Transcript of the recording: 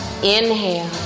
inhale